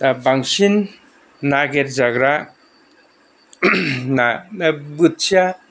दा बांसिन नागेरजाग्रा ना बोथिया